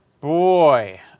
Boy